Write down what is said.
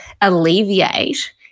alleviate